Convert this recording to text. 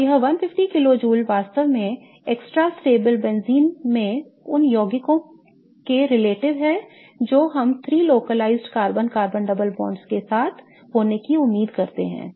और यह 150 kilo joule वास्तव में extra stable benzene में उन यौगिकों के सापेक्ष है जो हम 3 localized carbon carbon double bonds के साथ होने की उम्मीद करते हैं